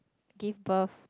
give birth